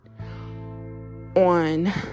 on